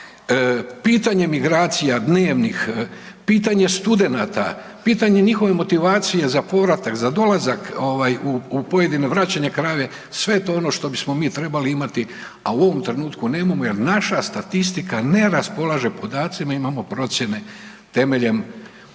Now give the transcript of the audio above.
Pitanje migracija dnevnih, pitanje studenata, pitanje njihove motivacije za povratak, za dolazak i vraćanje u pojedine krajeve sve je to ono što bismo mi trebali imati, a u ovom trenutku nemamo jer naša statistika ne raspolaže podacima. Imamo procjene temeljem nekih